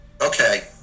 Okay